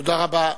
תודה רבה.